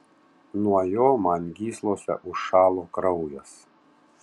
nuo jo man gyslose užšalo kraujas